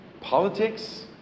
politics